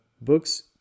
books